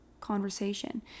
conversation